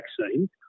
vaccine